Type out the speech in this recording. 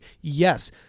Yes